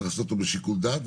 צריך לעשות אותו בשיקול דעת,